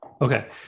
Okay